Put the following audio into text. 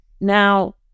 Now